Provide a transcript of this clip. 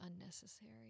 unnecessary